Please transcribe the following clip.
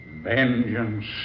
vengeance